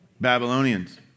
Babylonians